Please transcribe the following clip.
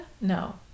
No